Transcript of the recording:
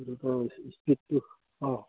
তুমিতো স্পিডটো অঁ